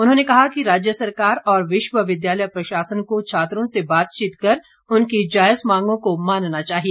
उन्होंने कहा कि राज्य सरकार और विश्वविद्यालय प्रशासन को छात्रों से बातचीत कर उनकी जायज मांगों को मानना चाहिए